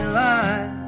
line